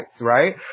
right